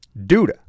Duda